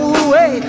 away